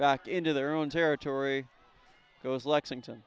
back into their own territory goes lexington